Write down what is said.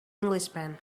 englishman